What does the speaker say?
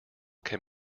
can